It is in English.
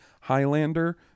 Highlander